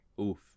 Oof